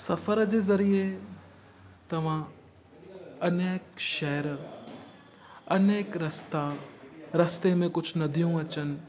सफ़र जे ज़रिए तव्हां अनेक शहर अनेक रस्ता रस्ते में कुझु नदियूं अचनि